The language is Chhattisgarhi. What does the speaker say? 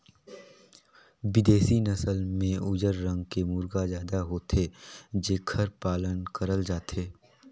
बिदेसी नसल में उजर रंग के मुरगा जादा होथे जेखर पालन करल जाथे